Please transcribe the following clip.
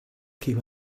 keep